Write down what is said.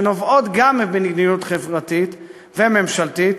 שנובעות גם ממדיניות חברתית וממשלתית,